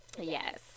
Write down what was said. Yes